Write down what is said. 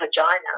vagina